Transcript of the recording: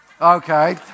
Okay